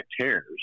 tears